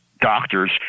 doctors